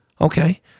okay